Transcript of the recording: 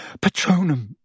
Patronum